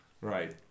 Right